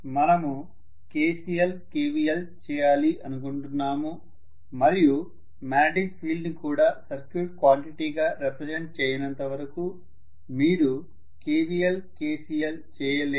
మనము KVL KCL చేయాలి అనుకుంటున్నాము మరియు మాగ్నెటిక్ ఫీల్డ్ ని కూడా సర్క్యూట్ క్వాంటిటీ గా రెప్రెసెంట్ చేయనంతవరకు మీరు KVL KCL చేయలేరు